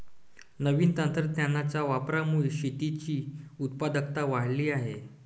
नवीन तंत्रज्ञानाच्या वापरामुळे शेतीची उत्पादकता वाढली आहे